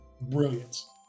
brilliance